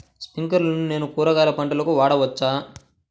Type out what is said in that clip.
స్ప్రింక్లర్లను నేను కూరగాయల పంటలకు వాడవచ్చా?